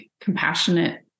compassionate